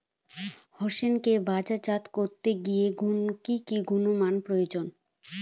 হোসেনকে বাজারজাত করতে কি কি গুণমানের প্রয়োজন?